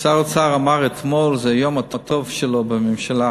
שר האוצר אמר אתמול שזה היום הטוב שלו בממשלה.